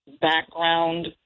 background